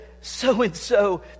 so-and-so